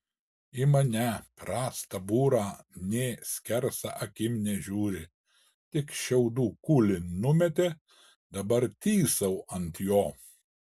į mane prastą būrą nė skersa akim nežiūri tik šiaudų kūlį numetė dabar tysau ant jo